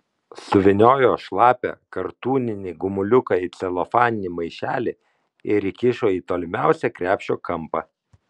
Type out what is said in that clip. suvyniojo šlapią kartūninį gumuliuką į celofaninį maišelį ir įkišo į tolimiausią krepšio kampą